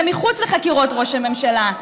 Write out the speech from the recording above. זה חוץ מחקירות ראש הממשלה,